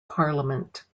parliament